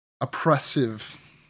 oppressive